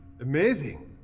Amazing